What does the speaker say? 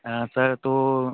हाँ सर तो